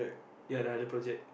ya the other project